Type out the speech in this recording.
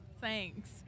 thanks